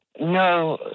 no